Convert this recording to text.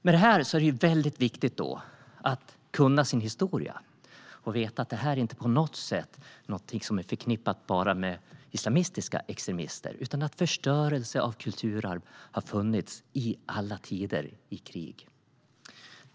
I detta sammanhang är det väldigt viktigt att kunna sin historia och veta att detta inte på något sätt bara är förknippat med islamistiska extremister. Förstörelse av kulturarv har funnits i alla tider i krig.